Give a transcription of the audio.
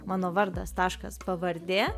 mano vardas taškas pavardė